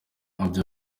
nibyo